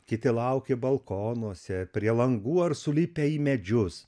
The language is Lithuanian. kiti laukė balkonuose prie langų ar sulipę į medžius